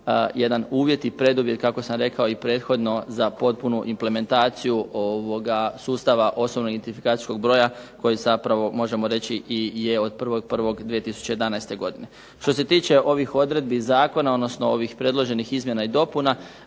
jedan uvjet i preduvjet kako sam rekao i prethodno za potpunu implementaciju sustava osobnog identifikacijskog broja, koji zapravo možemo reći i je od 1.1.2011. godine. Što se tiče ovih odredbi zakona, odnosno ovih predloženih izmjena i dopuna,